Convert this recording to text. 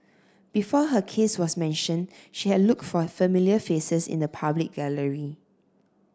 before her case was mention she had look for familiar faces in the public gallery